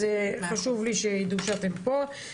אז חשוב לי שיידעו שאתם פה.